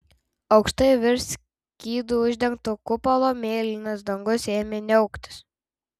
aukštai virš skydu uždengto kupolo mėlynas dangus ėmė niauktis